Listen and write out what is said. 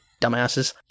Dumbasses